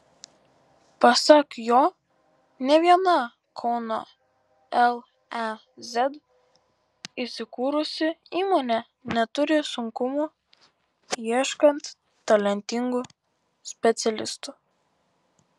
pasak jo nė viena kauno lez įsikūrusi įmonė neturi sunkumų ieškant talentingų specialistų